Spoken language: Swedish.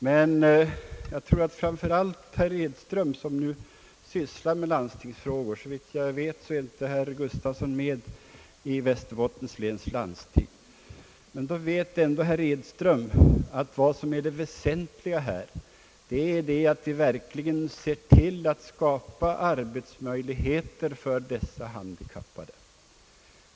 Herr Edström sysslar med landstingsfrågor — såvitt jag vet tillhör inte herr Gustafsson Västerbottens läns landsting — och då bör i varje fall herr Edström veta att det väsentliga är att vi verkligen skapar arbetsmöjligheter för de handikappade.